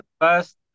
First